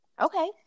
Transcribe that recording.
Okay